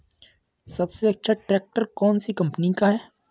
सबसे अच्छा ट्रैक्टर कौन सी कम्पनी का है?